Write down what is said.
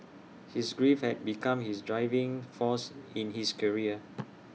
his grief had become his driving force in his career